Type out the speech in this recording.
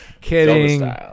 kidding